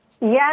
Yes